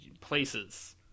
Places